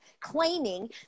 claiming